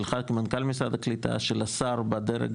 שלך, כמנכ"ל משרד הקליטה, של השר בדרג